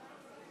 נעבור להצעה